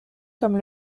comme